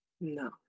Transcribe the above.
No